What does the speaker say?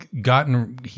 gotten